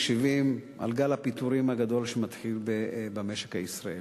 מקשיבים על גל הפיטורים הגדול שמתחיל במשק הישראלי.